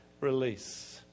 release